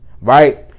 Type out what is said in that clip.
right